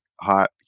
hot